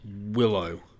Willow